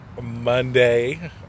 monday